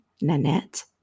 Nanette